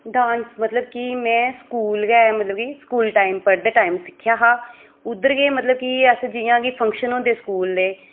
dance मतलब कि में स्कूल गै मतलब कि स्कूल टाइम पढ़दे टाइम सिक्खेआ हा उद्धर गै मतलब कि अस जि'यां कि फंक्शन होंदे स्कूल दे